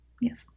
Yes